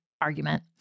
argument